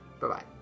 Bye-bye